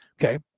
Okay